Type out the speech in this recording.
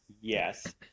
yes